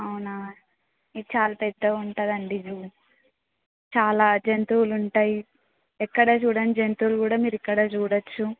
అవునా ఇది చాలా పెద్దగా ఉంటుందండి జూ చాలా జంతువులు ఉంటాయి ఎక్కడా చూడని జంతువులు కూడా మీరు ఇక్కడ చూడచ్చు